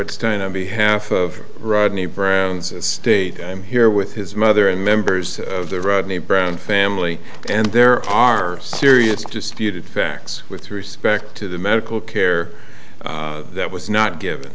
it's time to be half of rodney brown's state i'm here with his mother and members of the rodney brown family and there are serious disputed facts with respect to the medical care that was not given